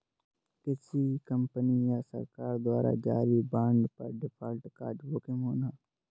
किसी कंपनी या सरकार द्वारा जारी बांड पर डिफ़ॉल्ट का जोखिम होना